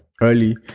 early